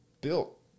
built